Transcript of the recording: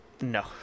no